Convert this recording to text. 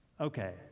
Okay